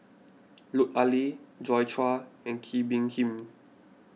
Lut Ali Joi Chua and Kee Bee Khim